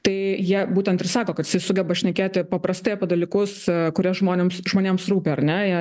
tai jie būtent ir sako kad jisai sugeba šnekėti paprastai apie dalykus kurie žmonėms žmonėms rūpi ar ne jie